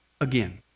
again